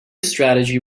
strategy